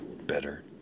better